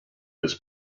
his